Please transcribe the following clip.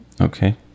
okay